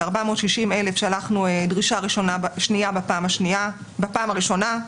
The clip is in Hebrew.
ב-460,000 שלחנו דרישה שנייה בפעם הראשונה.